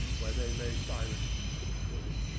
where they lay silent and trembling.